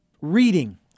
reading